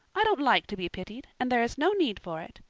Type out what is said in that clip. i don't like to be pitied, and there is no need for it.